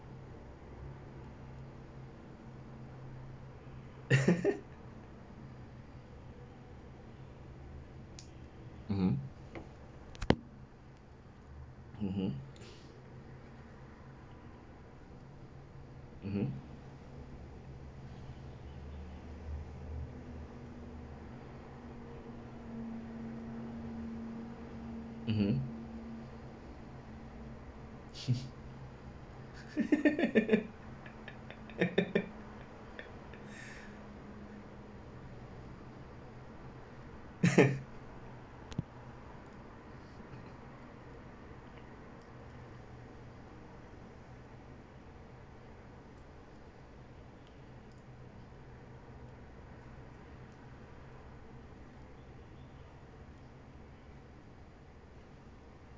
(uh huh) (uh huh) (uh huh) (uh huh)